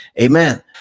amen